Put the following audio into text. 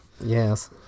Yes